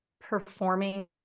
performing